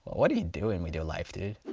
what are you doing with your life, dude?